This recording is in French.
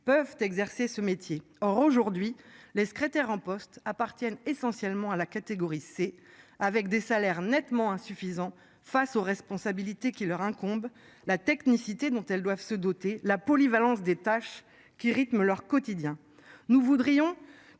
peuvent exercer ce métier. Or aujourd'hui les secrétaires en poste appartiennent essentiellement à la catégorie C avec des salaires nettement insuffisant face aux responsabilités qui leur incombent la technicité dont elles doivent se doter la polyvalence des tâches qui rythment leur quotidien. Nous voudrions